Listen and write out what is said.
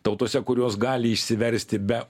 tautose kurios gali išsiversti be